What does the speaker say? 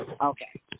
Okay